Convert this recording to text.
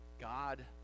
God